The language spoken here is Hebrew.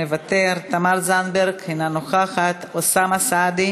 מוותר, תמר זנדברג, אינה נוכחת, אוסאמה סעדי,